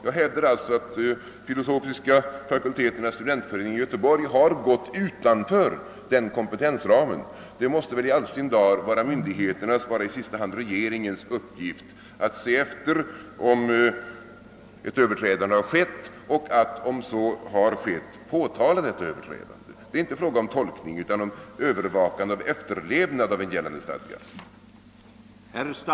Jag hävdar alltså att filosofiska fakulteternas studentförening i Göteborg har gått utanför den kompetensramen. Det måste väl då vara myndigheternas och i sista hand regeringens uppgift att se efter om ett överträdande har ägt rum och att i så fall påtala detta överträdande. Det är inte fråga om tolkning utan om övervakning av efterlevnaden av en gällande stadga.